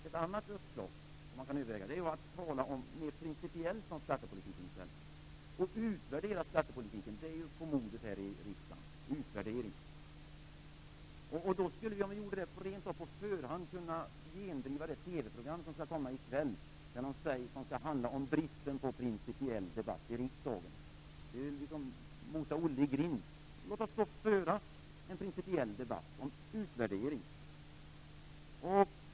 Ett annat uppslag som man kan överväga är att tala mer principiellt om skattepolitik i stället, och utvärdera den. Utvärdering är ju på modet här i riksdagen. Om vi gjorde det skulle vi rent av på förhand kunna gendriva det TV-program som skall komma i kväll, som skall handla om bristen på principiell debatt i riksdagen. Det är att mota Olle i grind. Låt oss föra en principiell debatt om utvärdering!